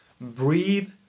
breathe